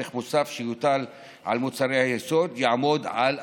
מוסף שיוטל על מוצרי היסוד יעמוד על 1%,